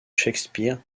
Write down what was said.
shakespeare